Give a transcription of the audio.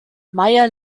meyer